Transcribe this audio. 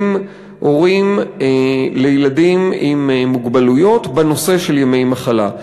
הורים לילדים עם מוגבלויות בנושא של ימי מחלה.